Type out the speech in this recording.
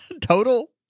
Total